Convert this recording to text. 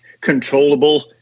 controllable